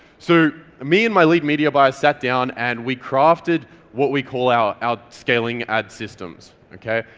so me and my lead media buyer sat down and we crafted what we call our our scaling ad systems okay.